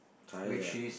Thailand